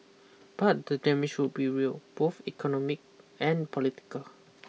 but the damage would be real both economic and political